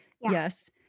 Yes